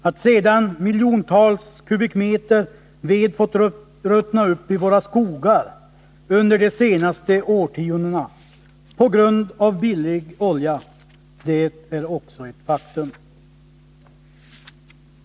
Att sedan miljontals kubikmeter ved fått ruttna upp i våra skogar under de senaste årtiondena, på grund av att vi har kunnat köpa billig olja, är också ett faktum.